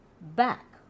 back